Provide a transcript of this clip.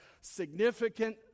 significant